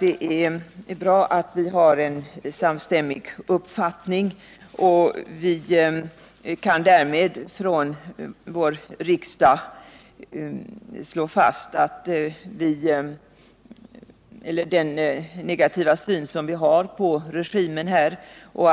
Det är bra att vi har en samstämmig uppfattning. Därmed kan vii riksdagen slå fast att vi har en negativ syn på regimen och